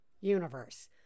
universe